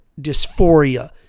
dysphoria